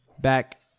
back